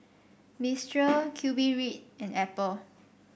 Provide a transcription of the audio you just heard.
Mistral QBread and Apple